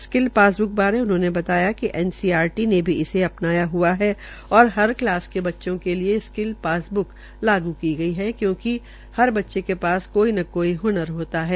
skill passbook बारे उन्होंने कहा कि एनसीईआरटी ने भी इसे अपनाया ह्आ है और हर कलास के बच्चों के लिये स्किल पास बुक लागू की गई है क्यूंकि हर बच्चों के पास कोई न कोई हनर होता है